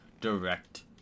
direct